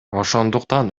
ошондуктан